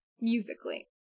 musically